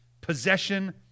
possession